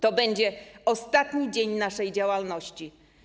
To będzie ostatni dzień naszej działalności.